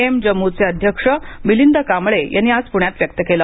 M जम्मुचे अध्यक्ष मिलिंद कांबळे यांनी आज प्ण्यात व्यक्त केले